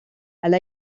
elle